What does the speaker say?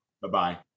Bye-bye